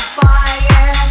fire